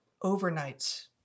overnights